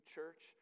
Church